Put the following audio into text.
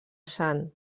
sant